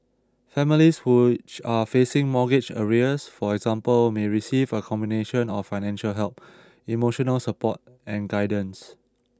families who are facing mortgage arrears for example may receive a combination of financial help emotional support and guidance